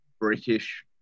British